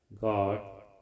God